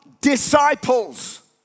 disciples